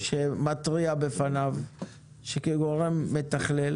שמתריע בפניו שכגורם מתכלל